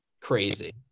crazy